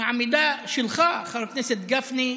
העמידה שלך, חבר הכנסת גפני,